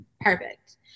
perfect